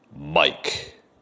Mike